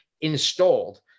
installed